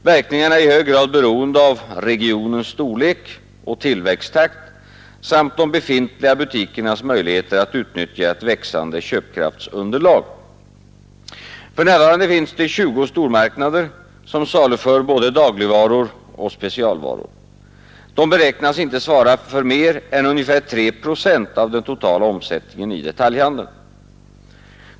Verkningarna är i hög grad beroende av regionens storlek och tillväxttakt samt de befintliga butikernas möjligheter att utnyttja ett växande köpkraftsunderlag. För närvarande finns 20 stormarknader som saluför såväl dagligvaror som specialvaror. De beräknas inte svara för mer än ungefär 3 procent av den totala omsättningen i detaljhandeln.